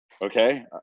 Okay